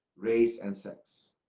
race and sex.